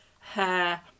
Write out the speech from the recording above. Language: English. hair